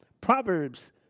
Proverbs